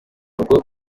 rugo